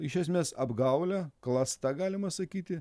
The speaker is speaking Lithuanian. iš esmės apgaule klasta galima sakyti